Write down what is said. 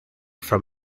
from